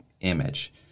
image